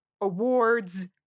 awards